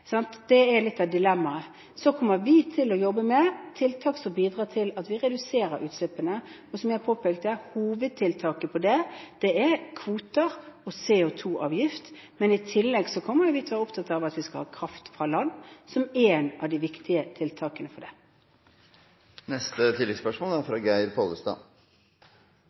Det er litt av dilemmaet. Så kommer vi til å jobbe med tiltak som bidrar til at vi reduserer utslippene. Som jeg påpekte, hovedtiltaket her er kvoter og CO2-avgift, men i tillegg kommer vi til å være opptatt av at vi skal ha kraft fra land som et av de viktige tiltakene for dette. Geir Pollestad – til oppfølgingsspørsmål. Klimaspørsmål og energispørsmål er